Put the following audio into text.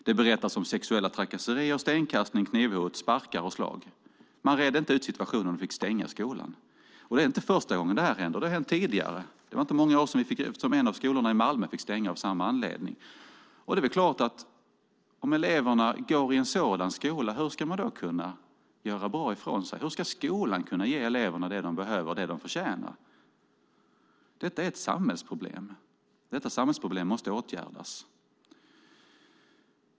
Det berättas om sexuella trakasserier, stenkastning, knivhot, sparkar och slag. Man redde inte ut situationen och fick stänga skolan. Och det är inte första gången det här händer. Det har hänt tidigare. Det var inte många år sedan som en av skolorna i Malmö fick stänga av samma anledning. Det är väl klart att om eleverna går i en sådan skola, hur ska de då kunna göra bra ifrån sig? Hur ska skolan kunna ge eleverna det som de behöver och det som de förtjänar? Detta är ett samhällsproblem, och detta samhällsproblem måste åtgärdas.